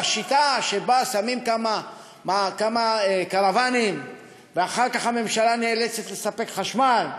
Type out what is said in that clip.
השיטה שבה שמים כמה קרוונים ואחר כך הממשלה נאלצת לספק חשמל,